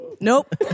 Nope